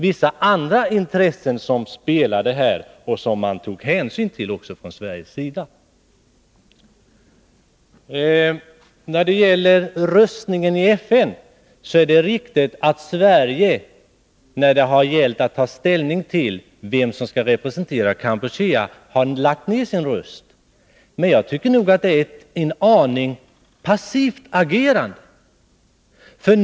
Vissa intressen spelade in som man tog hänsyn till från Sveriges sida. Det är riktigt att Sverige, när det gällt att ta ställning till vem som skall representera Kampuchea, har lagt ner sin röst i FN, men jag tycker att det agerandet är en aning passivt.